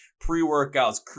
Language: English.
pre-workouts